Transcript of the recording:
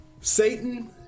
Satan